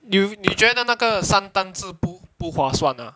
you 你觉得那个三单是不不划算 ah